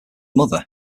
mother